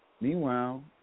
Meanwhile